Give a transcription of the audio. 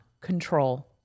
control